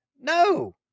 No